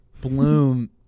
Bloom